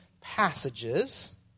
passages